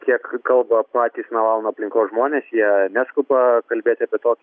kiek kalba patys navalno aplinkos žmonės jie neskuba kalbėti apie tokį